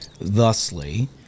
thusly